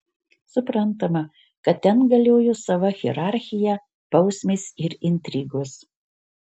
suprantama kad ten galiojo sava hierarchija bausmės ir intrigos